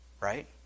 Right